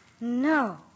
No